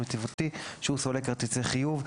יציבותי שהוא סולק כרטיסי חיוב גדול".